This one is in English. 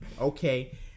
okay